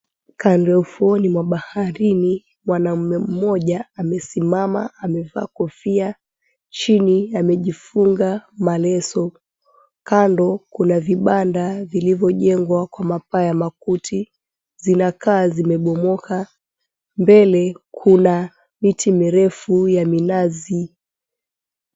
Kando ya ufuoni mwa baharini, mwanamme mmoja amesimama, amevaa kofia, chini amejifunga maleso. Kando kuna vibanda vililivyojengwa kwa mapaa ya makuti, zinakaa zimebomoka, mbele kuna miti mirefu ya minazi.